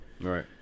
Right